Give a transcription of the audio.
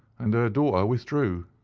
and her daughter withdrew.